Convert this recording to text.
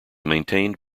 maintained